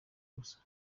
gusa